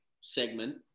segment